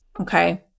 okay